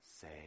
say